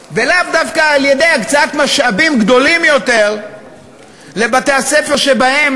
הקצאת משאבים גדולים יותר לבתי-הספר שבהם